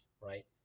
right